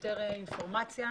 יותר אינפורמציה